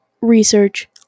Research